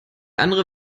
andere